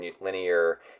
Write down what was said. linear